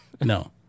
No